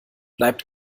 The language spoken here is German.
bleibt